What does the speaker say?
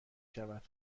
شود